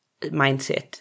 mindset